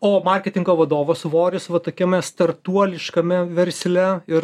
o marketingo vadovo svoris va tokiame startuoliškame versle ir